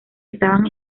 estaban